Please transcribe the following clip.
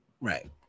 Right